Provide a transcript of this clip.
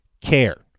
care